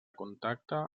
contacte